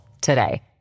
today